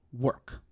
work